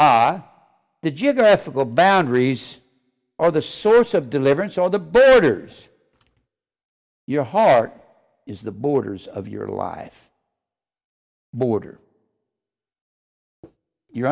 sa the geographical boundaries are the source of deliverance all the birders your heart is the borders of your life border your